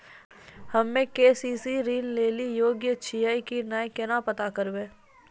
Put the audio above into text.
हम्मे के.सी.सी ऋण लेली योग्य छियै की नैय केना पता करबै?